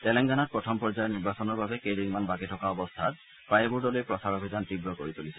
টেলেংগানাত প্ৰথম পৰ্যায়ৰ নিৰ্বাচনৰ বাবে আৰু কেইদিনমান বাকী থকা অৱস্থাত প্ৰায়বোৰ দলেই প্ৰচাৰ অভিযান তীৱতৰ কৰি তুলিছে